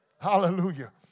Hallelujah